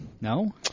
No